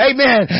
Amen